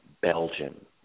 Belgium